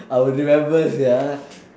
I will remember sia